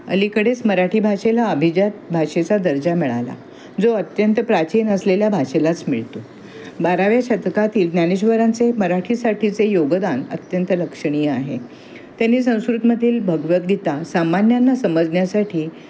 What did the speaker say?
अलीकडेच मराठी भाषेला अभिजात भाषेचा दर्जा मिळाला जो अत्यंत प्राचीन असलेल्या भाषेलाच मिळतो बाराव्या शतकातील ज्ञानेश्वरांचे मराठीसाठीचे योगदान अत्यंत लक्षणीय आहे त्यांनी संस्कृतमधील भगवद्गीता सामान्यांना समजण्यासाठी